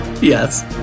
Yes